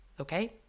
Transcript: okay